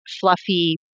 fluffy